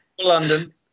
London